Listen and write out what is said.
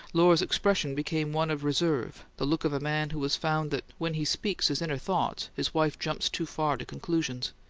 lohr's expression became one of reserve, the look of a man who has found that when he speaks his inner thoughts his wife jumps too far to conclusions.